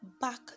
back